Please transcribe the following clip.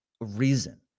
reason